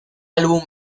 álbum